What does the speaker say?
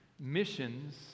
Missions